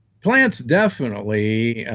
plants definitely